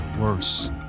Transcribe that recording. worse